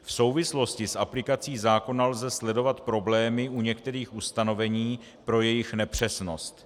V souvislosti s aplikací zákona lze sledovat problémy u některých ustanovení pro jejich nepřesnost.